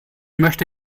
möchte